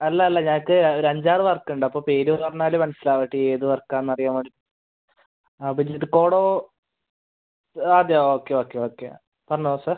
അല്ല അല്ല ഞങ്ങൾക്ക് ഒരു അഞ്ചാറ് വർക്ക് ഉണ്ട് അപ്പോൾ പേര് പറഞ്ഞാൽ മനസ്സിലാവും ഏത് വർക്കാണെന്ന് അറിയാൻ വേണ്ടി അത് അതെയോ ഓക്കെ ഓക്കെ ഓക്കെ പറഞ്ഞോ സാർ